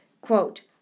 Quote